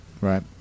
right